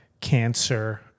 cancer